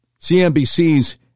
CNBC's